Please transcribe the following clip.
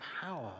power